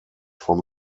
from